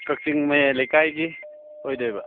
ꯀꯛꯆꯤꯡ ꯃꯌꯥꯏ ꯂꯩꯀꯥꯏꯒꯤ ꯑꯣꯏꯗꯣꯏꯕ